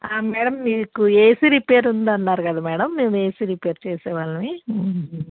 madam మీకు AC repair ఉంది అన్నారు కదా మ్యాడమ్ మేము ఏసీ రిపేర్ చేసే వాళ్ళం